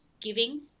giving